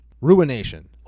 Ruination